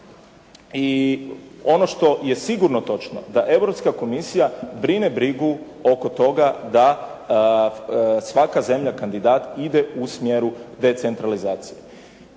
i ono što je sigurno točno da Europska komisija brine brigu oko toga da svaka zemlja kandidat ide u smjeru decentralizacije.